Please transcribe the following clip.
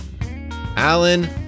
Alan